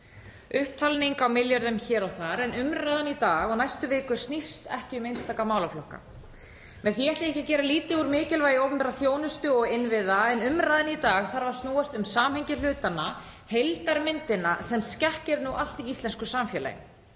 upptalning á milljörðum hér og þar. En umræðan í dag og næstu viku snýst ekki um einstaka málaflokka. Með því ætla ég ekki að gera lítið úr mikilvægi opinberrar þjónustu og innviða en umræðan í dag þarf að snúast um samhengi hlutanna, heildarmyndina, sem skekkir allt í íslensku samfélagi,